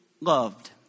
loved